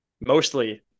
mostly